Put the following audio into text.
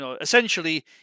essentially